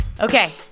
Okay